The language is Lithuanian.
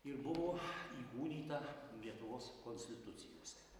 ir buvo įkūnyta lietuvos konstitucijose